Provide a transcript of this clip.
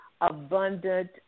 abundant